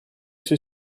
suoi